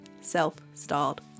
self-styled